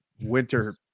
winter